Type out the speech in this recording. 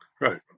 Right